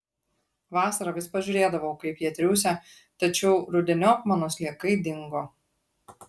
vasarą vis pažiūrėdavau kaip jie triūsia tačiau rudeniop mano sliekai dingo